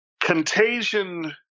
contagion